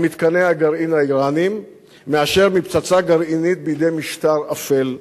מתקני הגרעין האירניים מאשר מפצצה גרעינית בידי משטר אפל,